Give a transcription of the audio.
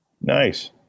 Nice